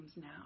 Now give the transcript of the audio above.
now